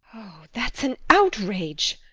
that's an outrage!